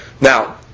Now